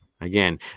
Again